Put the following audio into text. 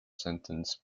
sentence